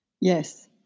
Yes